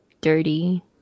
dirty